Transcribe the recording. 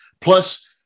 plus